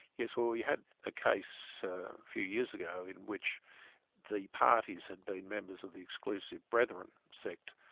yes, well we had a case a few years ago in which the parties had been members of the exclusive brethren sect,